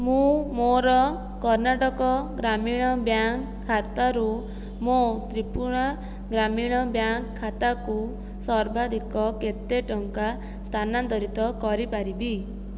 ମୁଁ ମୋର କର୍ଣ୍ଣାଟକ ଗ୍ରାମୀଣ ବ୍ୟାଙ୍କ ଖାତାରୁ ମୋ ତ୍ରିପୁରା ଗ୍ରାମୀଣ ବ୍ୟାଙ୍କ ଖାତାକୁ ସର୍ବାଧିକ କେତେ ଟଙ୍କା ସ୍ଥାନାନ୍ତରିତ କରିପାରିବି